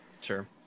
sure